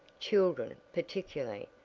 children, particularly,